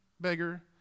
beggar